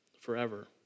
forever